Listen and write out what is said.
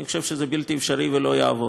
אני חושב שזה בלתי אפשרי ולא יעבוד.